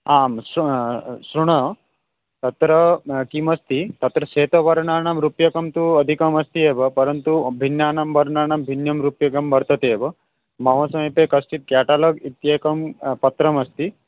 आम् श्रु श्रुणु तत्र किम् अस्ति तत्र श्वेतवर्णानां रूप्यकं तु अधिकम् अस्ति एव परन्तु भिन्नानां वर्णानां भिन्नं रूप्यकं वर्तते एव मम समीपे कश्चित् केटलाग् इत्येकं पत्रम् अस्ति